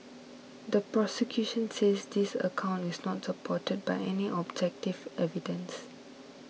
the prosecution says this account is not supported by any objective evidence